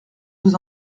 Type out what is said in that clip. vous